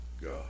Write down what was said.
God